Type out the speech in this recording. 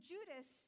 Judas